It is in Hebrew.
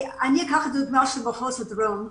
לדוגמא, מחוז הדרום.